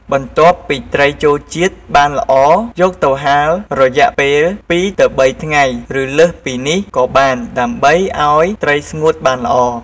បន្ទាប់់ពីត្រីចូលជាតិបានល្អយកទៅហាលរយៈពេល២-៣ថ្ងៃឬលើសពីនេះក៏បានដើម្បីឱ្យត្រីស្ងួតបានល្អ។